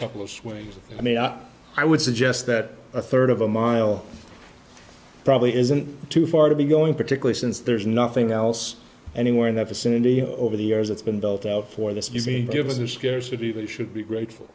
way i mean i would suggest that a third of a mile probably isn't too far to be going particularly since there's nothing else anywhere in the vicinity over the years it's been built out for this you see given a scarcity that should be grateful